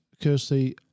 Kirsty